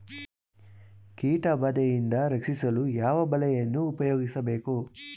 ಕೀಟಬಾದೆಯಿಂದ ರಕ್ಷಿಸಲು ಯಾವ ಬಲೆಯನ್ನು ಉಪಯೋಗಿಸಬೇಕು?